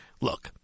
Look